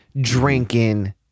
drinking